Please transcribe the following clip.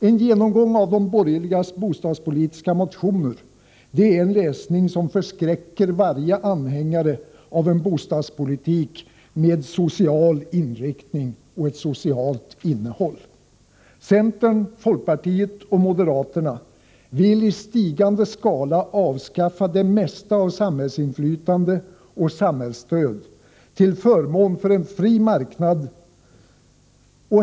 En genomgång av de borgerligas bostadspolitiska motioner är en läsning som förskräcker varje anhängare av en bostadspolitik med social inriktning och med ett socialt innehåll. Centern, folkpartiet och moderaterna vill i stigande skala avskaffa det mesta av samhällsinflytande och samhällsstöd till förmån för en fri marknad.